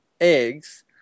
eggs